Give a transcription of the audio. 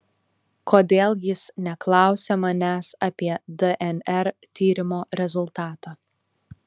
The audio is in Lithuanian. kodėl jis neklausia manęs apie dnr tyrimo rezultatą